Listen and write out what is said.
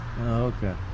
Okay